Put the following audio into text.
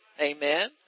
amen